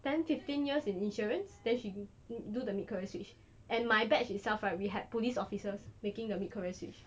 ten fifteen years in insurance then she do the mid career switch and my batch itself right we had police officers making the mid career switch